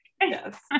yes